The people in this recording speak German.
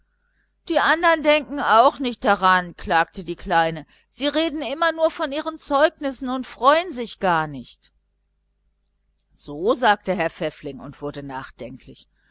die andern denken auch nicht daran klagte die kleine sie reden immer nur von ihren zeugnissen und freuen sich gar nicht so sagte herr pfäffling und wurde nachdenklich